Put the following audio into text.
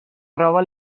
roba